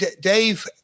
Dave